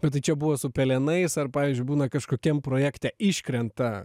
bet tai čia buvo su pelenais arba pavyzdžiui būna kažkokiam projekte iškrenta